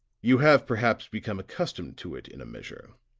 you have perhaps become accustomed to it in a measure.